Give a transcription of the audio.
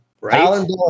Right